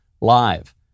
live